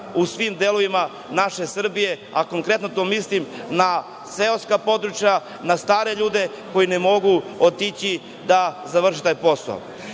u svim delovima naše Srbije, a konkretno mislim na seoska područja, na stare ljude koji ne mogu otići da završe taj posao? Isto